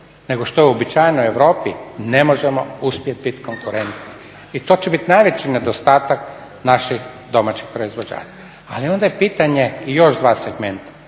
nego što je uobičajeno Europi ne možemo uspjet bit konkurentni. I to će biti najveći nedostatak naših domaćih proizvođača. Ali ona je pitanje i još dva segmenta,